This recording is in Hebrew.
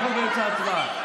אנחנו באמצע הצבעה.